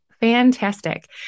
Fantastic